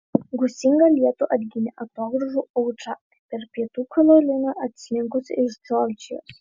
gūsingą lietų atginė atogrąžų audra per pietų karoliną atslinkusi iš džordžijos